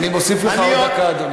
אני מוסיף לך עוד דקה, אדוני.